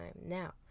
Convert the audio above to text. Now